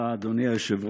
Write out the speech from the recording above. תודה, אדוני היושב-ראש.